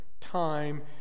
time